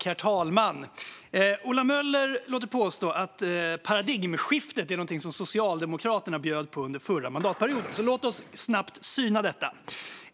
Herr talman! Ola Möller påstår att paradigmskiftet är någonting som Socialdemokraterna bjöd på under den förra mandatperioden. Låt oss därför snabbt syna detta.